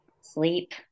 sleep